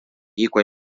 hikuái